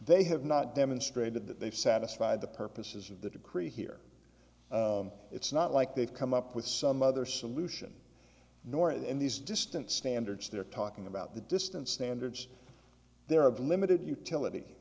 they have not demonstrated that they've satisfied the purposes of the decree here it's not like they've come up with some other solution nor in these distant standards they're talking about the distance standards there of limited utility